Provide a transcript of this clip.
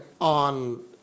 on